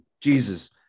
Jesus